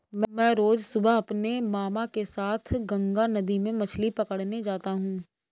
मैं रोज सुबह अपने मामा के साथ गंगा नदी में मछली पकड़ने जाता हूं